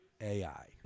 AI